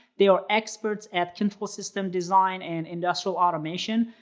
they are experts at control system design and industrial automation.